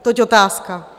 Toť otázka.